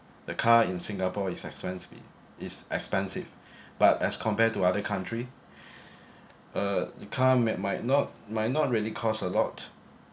the car in singapore is expensive is expensive but as compared to other country uh your car may might not might not really costs a lot